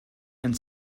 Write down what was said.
and